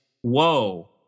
whoa